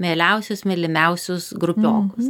mieliausius mylimiausius grupiokus